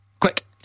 Quick